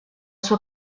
sua